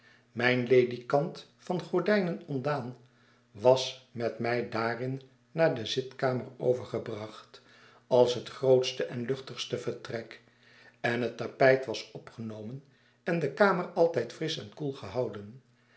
mijn ledikant van gordijnen ontdaan was met mij daarin naar de zitkamer overgebracht als het grootste en luchtigste vertrek en het tapijt was opgenomen en de kamer altijd frisch en koel gehouden